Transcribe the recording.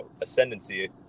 ascendancy